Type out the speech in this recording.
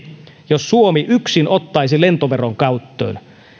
jos suomi yksin ottaisi lentoveron käyttöön